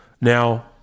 Now